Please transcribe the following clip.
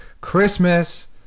Christmas